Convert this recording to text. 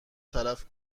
تلف